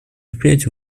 впредь